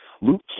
Luke